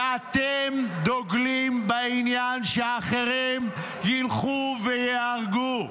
ואתם דוגלים בעניין שאחרים ילכו וייהרגו.